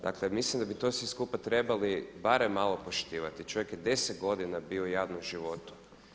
Dakle, mislim da bi to svi skupa trebali barem malo poštivati, čovjek je deset godina bio u javnom životu.